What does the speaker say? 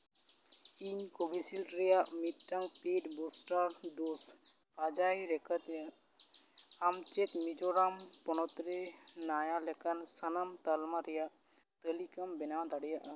ᱤᱧ ᱠᱳᱵᱷᱤᱥᱤᱞᱰ ᱨᱮᱭᱟᱜ ᱢᱤᱫᱴᱟᱝ ᱯᱤᱰ ᱵᱩᱥᱴᱟᱨ ᱰᱳᱡᱽ ᱯᱟᱸᱡᱟᱭ ᱞᱮᱠᱟᱛᱮ ᱟᱢ ᱪᱮᱫ ᱢᱤᱡᱳᱨᱟᱢ ᱯᱚᱱᱚᱛ ᱨᱮ ᱱᱟᱭᱟ ᱞᱮᱠᱟᱱ ᱥᱟᱱᱟᱢ ᱛᱟᱞᱢᱟ ᱨᱮᱭᱟᱜ ᱛᱟᱹᱞᱤᱠᱟᱢ ᱵᱮᱱᱟᱣ ᱫᱟᱲᱮᱭᱟᱜᱼᱟ